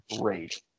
great